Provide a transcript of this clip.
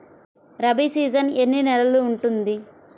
Rabi season ఎన్ని నెలలు ఉంటుంది?